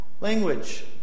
language